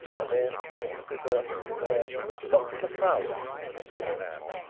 and then the jupiter declared that dr proudie was to be the man.